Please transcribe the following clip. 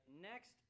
next